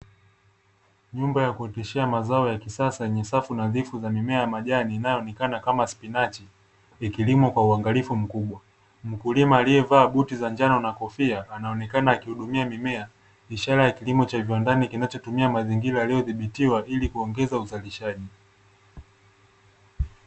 Nyumba ya kuoteshea mazao ya kisasa yenye safu nadhifu za mimea ya majani inayoonekana la spinachi ikilimwa kwa uangalifu mkubwa. Mkulima aliyevaa buti za njano na kofia anaonekana akihudumia mimea ishara ya kilimo cha viwandani kinachotumia mazingira yaliyodhibitiwa ili kuongeza uzalishaji.